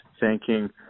thanking